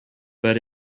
but